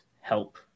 help